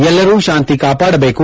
ಎಲ್ಲರೂ ಶಾಂತಿ ಕಾಪಾದಬೇಕು